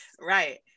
right